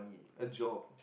a job